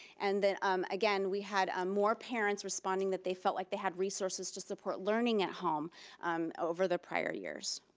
and um again we had ah more parents responding that they felt like they had resources to support learning at home um over the prior years.